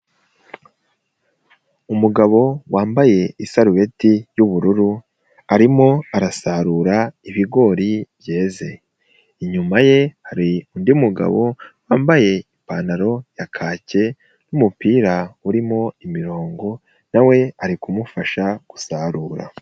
Umugabo wambaye isarubeti y'ubururu arimo arasarura ibigori byeze, inyuma ye hari undi mugabo wambaye ipantaro ya kake n'umupira urimo imirongo na we ari kumufasha gusarura.